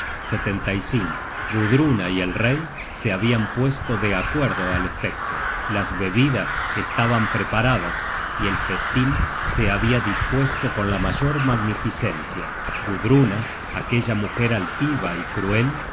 que habia perdido o gudruna y el rey se habian puesto de acuerdo al efecto las bebidas estaban preparadas y el festin se habia dispuesto con la mayor magnificencia gudruna aquella mujer altiva y cruel